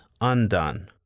undone